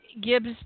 Gibbs